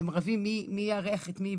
הם רבים מי יארח את מי